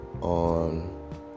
on